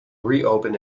reopen